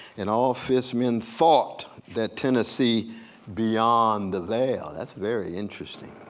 and all fisk men thought that tennessee beyond the veil. that's very interesting.